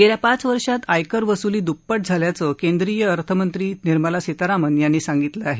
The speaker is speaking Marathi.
गेल्या पाच वर्षात आयकर वसूली द्प्पट झाल्याचं केंद्रीय अर्थमंत्री निर्मला सीतारामन यांनी सांगितल आहे